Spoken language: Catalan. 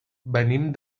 venim